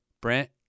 Brent